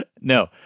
No